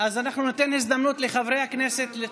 ניתן הזדמנות לחברי הכנסת.